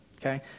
Okay